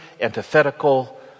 antithetical